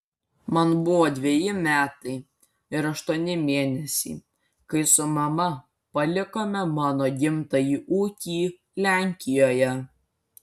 man buvo dveji metai ir aštuoni mėnesiai kai su mama palikome mano gimtąjį ūkį lenkijoje